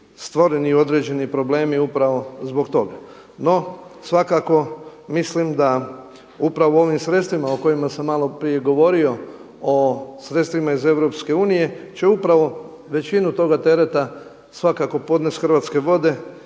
stvoreni određeni problemi upravo zbog toga. No svakako mislim da upravo ovim sredstvima o kojima sam malo prije govorio, o sredstvima iz EU će upravo većinu toga tereta svakako podnesti Hrvatske vode